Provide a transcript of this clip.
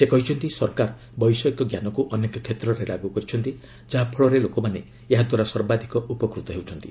ସେ କହିଛନ୍ତି ସରକାର ବୈଷୟିକ ଞ୍ଜାନକୁ ଅନେକ କ୍ଷେତ୍ରରେ ଲାଗୁ କରିଛନ୍ତି ଯାହା ଫଳରେ ଲୋକମାନେ ଏହାଦ୍ୱାରା ସର୍ବାଧିକ ଉପକୃତ ହେଉଛନ୍ତି